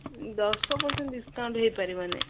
ଦଶ percent discount ହେଇପାରିବନି